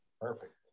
Perfect